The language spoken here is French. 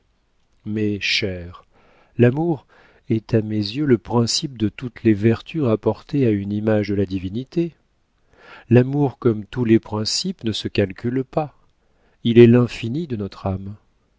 mais chère l'amour est à mes yeux le principe de toutes les vertus rapportées à une image de la divinité l'amour comme tous les principes ne se calcule pas il est l'infini de notre âme